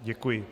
Děkuji.